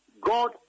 God